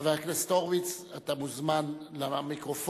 חבר הכנסת הורוביץ, אתה מוזמן למיקרופון,